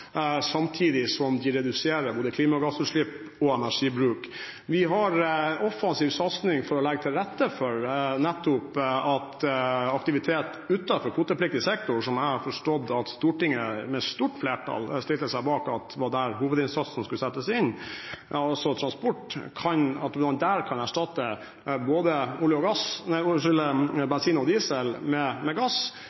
samtidig som de reduserer både klimagassutslipp og energibruk. Vi har en offensiv satsing for å legge til rette for at aktivitet utenfor kvotepliktig sektor, som jeg har forstått at Stortinget med stort flertall stilte seg bak at var der hovedinnsatsen skulle settes inn, altså transport, at man der kan erstatte bensin og diesel med gass – men også alle fossile energikilder – med